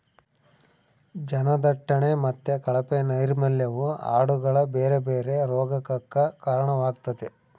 ಜನದಟ್ಟಣೆ ಮತ್ತೆ ಕಳಪೆ ನೈರ್ಮಲ್ಯವು ಆಡುಗಳ ಬೇರೆ ಬೇರೆ ರೋಗಗಕ್ಕ ಕಾರಣವಾಗ್ತತೆ